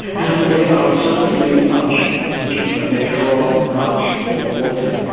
um they are certainly much deeper, they draw much more water.